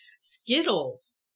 Skittles